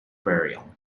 burial